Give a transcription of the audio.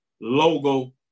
logo